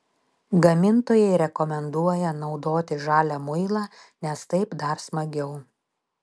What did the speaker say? gamintojai rekomenduoja naudoti žalią muilą nes taip dar smagiau